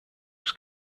was